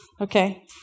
Okay